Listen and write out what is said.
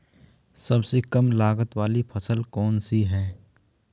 सबसे कम लागत वाली फसल कौन सी है?